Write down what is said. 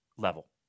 level